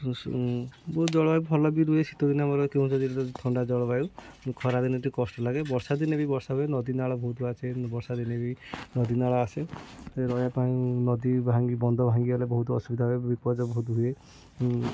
ବହୁତ ଜଳବାୟୁ ଭଲ ବି ରୁହେ ଶୀତଦିନେ ଆମର କେଉଁଝର ଟିକେ ଥଣ୍ଡା ଜଳବାୟୁ ଖରାଦିନେ ଟିକେ କଷ୍ଟ ଲାଗେ ବର୍ଷା ଦିନେ ବି ବର୍ଷା ହୁଏ ନଦୀନାଳ ବହୁତ ଆସେ ବର୍ଷା ଦିନେ ବି ନଦୀନାଳ ଆସେ ରହିବା ପାଇଁ ନଦୀ ଭାଙ୍ଗି ବନ୍ଦ ଭାଙ୍ଗିଗଲେ ବହୁତ ଅସୁବିଧା ହୁଏ ବିପଦ ବହୁତ ହୁଏ